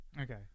Okay